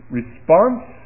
response